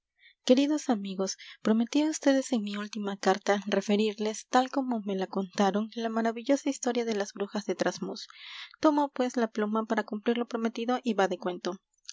queridos amigos prometí á ustedes en mi última carta referirles tal como me la contaron la maravillosa historia de las brujas de trasmoz tomo pues la pluma para cumplir lo prometido y va de cuento